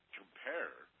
compare